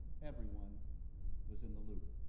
everyone was in the loop.